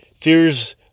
Fears